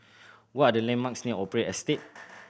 what are the landmarks near Opera Estate